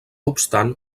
obstant